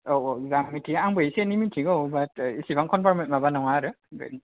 औ औ जा मिथियो आंबो इसे एनै मिथिगौ बाट एसेबां कनफार्म माबा नङा आरो